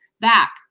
back